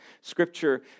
Scripture